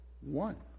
one